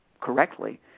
correctly